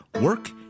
work